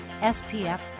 SPF